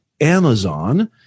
Amazon